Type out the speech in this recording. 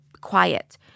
quiet